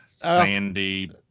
sandy